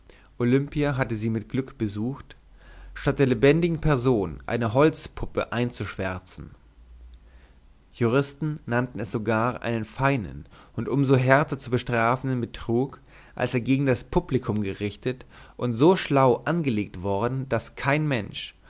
hatte sie mit glück besucht statt der lebendigen person eine holzpuppe einzuschwärzen juristen nannten es sogar einen feinen und um so härter zu bestrafenden betrug als er gegen das publikum gerichtet und so schlau angelegt worden daß kein mensch